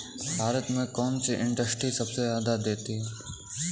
भारत में कौन सी इंडस्ट्री सबसे ज्यादा कर देती है?